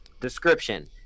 Description